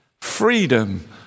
freedom